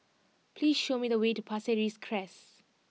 please show me the way to Pasir Ris Crest